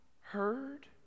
heard